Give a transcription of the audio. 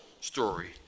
story